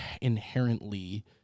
inherently